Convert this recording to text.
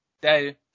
Day